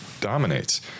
dominates